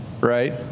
right